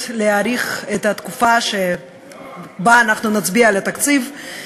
להאריך את התקופה שבה אנחנו נצביע על התקציב,